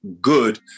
good